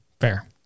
fair